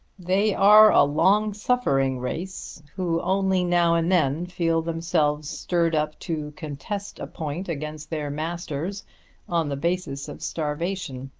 they are a long-suffering race, who only now and then feel themselves stirred up to contest a point against their masters on the basis of starvation.